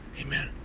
Amen